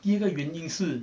第二个原因是